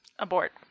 Abort